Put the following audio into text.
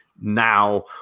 now